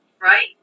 right